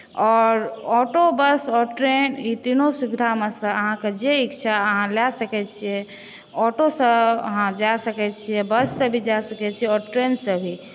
आओर auto bus आओर train ई तीनो सुविधामेसँ अहाँके जे इच्छा अहाँ लए सकै छियै ऑटोसँ अहाँ जाए सकै छियै बससँ भी जाए सकै छियै आओर ट्रेनसँ भी